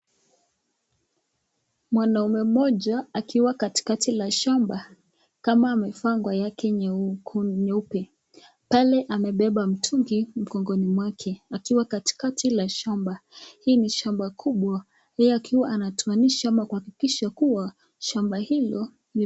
mwanaume moja akiwa katikati la shamba, kama amevaa nguo yake nyeupe, pale amebeba mtungi mgogoni mwake, akiwa katikati la shamba, hii ni shamba kubwa yeye akiwa ama anatua ama kuhakisha kuwa shamba hilo